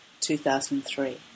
2003